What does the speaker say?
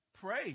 Pray